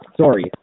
Sorry